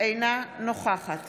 אינה נוכחת